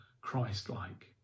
Christ-like